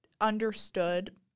understood